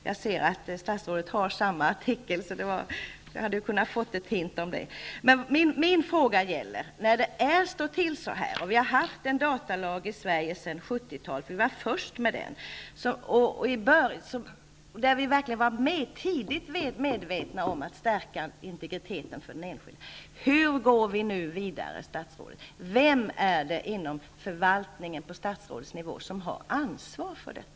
Jag ser nu att statsrådet har samma artikel som jag. Vi har haft en datalag sedan 70-talet. Sverige var först med en sådan, så vi var verkligen tidigt medvetna om vikten av att stärka integriteten för den enskilde. När det nu ändå står till som det gör, är min fråga: Hur går vi vidare? Vem är det inom förvaltningen på statsrådets nivå som har ansvaret för detta?